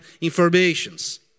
informations